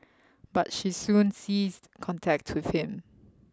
but she soon ceased contact with him